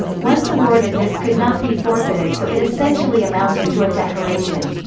once awarded this could not be forfeited so it essentially amounted to a decoration.